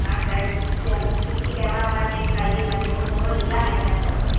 हाॅं सर जल CC camera में चेक कराइये ना देखो कौन लिया है मेरा पर्स